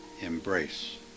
Embrace